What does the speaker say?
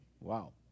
Wow